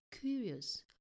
curious